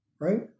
Right